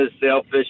sailfish